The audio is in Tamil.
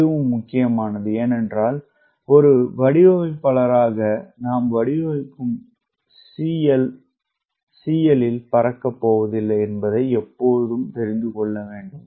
இதுவும் முக்கியமானது ஏனென்றால் ஒரு வடிவமைப்பாளராக நாம் வடிவமைப்பு CL இல் பறக்கப் போவதில்லை என்பதை எப்போதும் தெரிந்து கொள்ள வேண்டும்